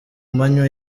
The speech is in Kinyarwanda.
manywa